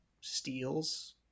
steals